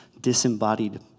disembodied